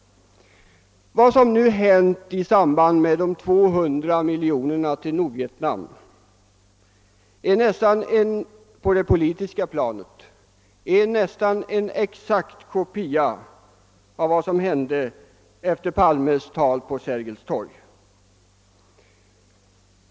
Vad som nu har hänt i samband med löftet om de 200 miljonerna till Nordvietnam är på det politiska planet nästan en exakt kopia av vad som hände efter Palmes tal på Sergels torg.